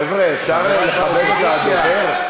חבר'ה, אפשר לכבד את הדובר?